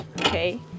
Okay